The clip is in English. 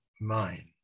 mind